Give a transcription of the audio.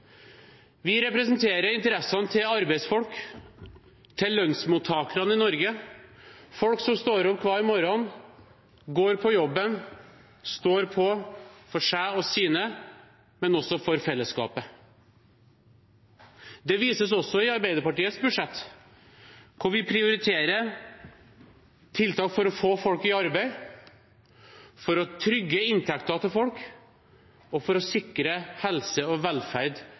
Vi representerer interessene til arbeidsfolk, til lønnsmottakerne i Norge, folk som står opp hver morgen, går på jobben, står på for seg og sine, men også for fellesskapet. Det vises også i Arbeiderpartiets budsjett, der vi prioriterer tiltak for å få folk i arbeid, for å trygge inntekten til folk og for å sikre helse og velferd